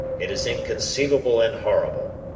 it is inconceivable and horrible.